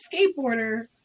skateboarder